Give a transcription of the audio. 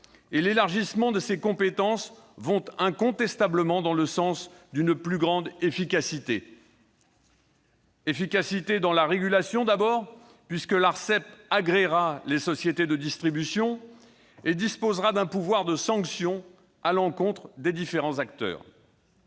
et l'élargissement des compétences de celle-ci, vont incontestablement dans le sens d'une plus grande efficacité : efficacité en matière de régulation, puisque l'Arcep agréera les sociétés de distribution et disposera d'un pouvoir de sanction à l'encontre des différents acteurs